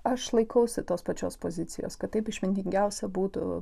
aš laikausi tos pačios pozicijos kad taip išmintingiausia būtų